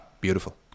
beautiful